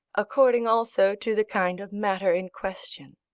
according also to the kind of matter in question.